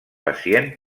pacient